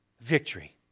victory